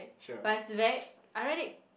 but it's very I read it